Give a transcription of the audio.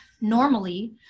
normally